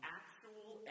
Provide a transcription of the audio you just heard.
actual